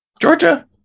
Georgia